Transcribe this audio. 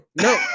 No